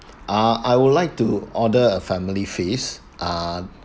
ah I would like to order a family feast ah